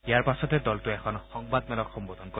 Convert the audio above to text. ইয়াৰ পাছতে দলটোৱে এখন সংবাদ মেলক সম্বোধন কৰিব